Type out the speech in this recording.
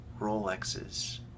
Rolexes